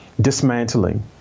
dismantling